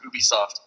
Ubisoft